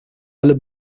alle